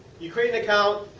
you create an account.